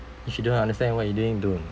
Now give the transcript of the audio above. if you don't understand what you doing don't